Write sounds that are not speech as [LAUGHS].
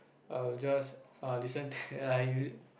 I will just I listen [LAUGHS] I